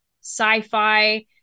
sci-fi